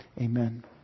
Amen